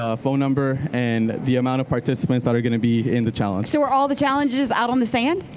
ah phone number, and the amount of participants that are going to be in the challenge. so are all the challenges out on the sand?